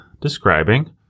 describing